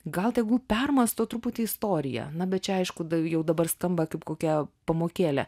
gal tegul permąsto truputį istoriją na bet čia aišku dar jau dabar skamba kaip kokia pamokėlė